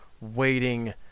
waiting